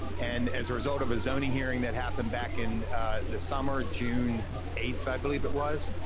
and, as a result of a zoning hearing that happened back in the summer, june eighth, i believe it was?